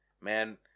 Man